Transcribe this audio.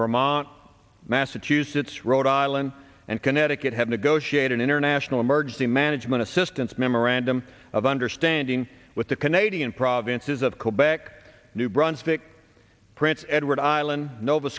vermont massachusetts rhode island and connecticut have negotiated international emergency management assistance memorandum of understanding with the canadian provinces of callback new brunswick prince edward island nova